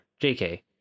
jk